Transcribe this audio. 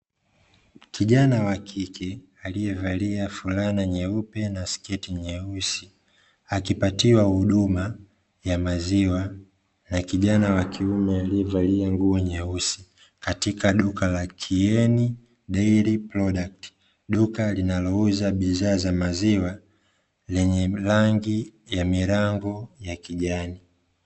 Kijana wa kike aliyevalia fulana nyeupe na sketi nyeusi akipatiwa huduma ya maziwa na kijana wakiume aliyevalia nguo nyeusi, katika duka la “kieni daily product” duka linalouza bidhaa za maziwa lenye rangi ya milango ya kijani.